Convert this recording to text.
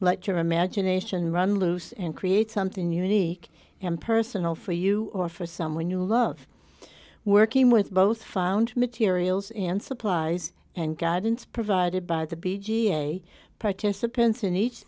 let your imagination run loose and create something unique and personal for you or for someone you love working with both found materials and supplies and guidance provided by the b g a participants in each